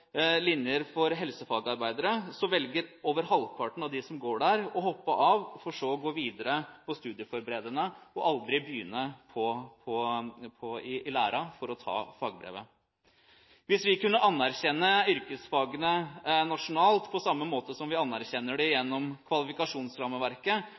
linjer for helsefagarbeidere velger over halvparten av de som går der, å hoppe av, for så å gå videre på studieforberedende og aldri begynne i lære for å ta fagbrevet. Hvis vi kunne anerkjenne yrkesfagene nasjonalt, på samme måte som vi anerkjenner